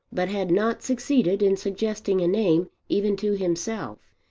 but had not succeeded in suggesting a name even to himself.